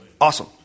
Awesome